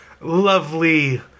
lovely